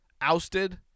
ousted